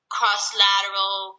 cross-lateral